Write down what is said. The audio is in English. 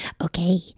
Okay